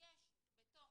המשמש למגורים,